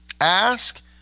Ask